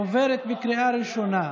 עוברת בקריאה ראשונה.